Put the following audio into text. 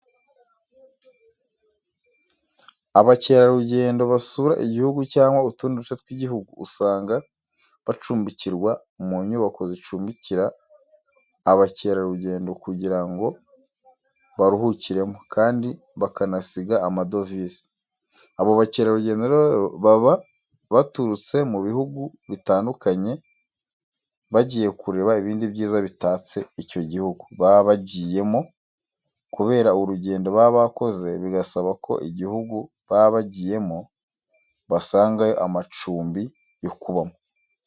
Abakerarugendo basura igihugu cyangwa utundi duce tw'igihugu, usanga bacumbikirwa mu nyubako zicumbikira abakerarugendo kugira ngo baruhukiremo kandi bakanasiga amadovize, abo bakerarugendo baba baturutse mu bihugu bitandukanye bagiye kureba ibindi byiza bitatse icyo gihugu baba bagiyemo kubera urugendo baba bakoze bigasaba ko igihugu baba bagiyemo basangayo amacumbi yo kubamo.